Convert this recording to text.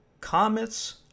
comets